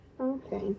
Okay